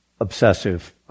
obsessive